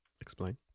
Explain